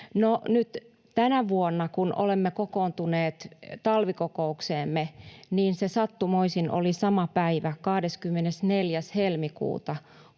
tänä vuonna, kun olimme kokoontuneet talvikokoukseemme, se sattumoisin oli sama päivä, 24.